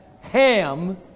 Ham